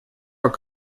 как